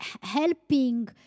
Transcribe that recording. helping